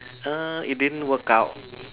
err it didn't work out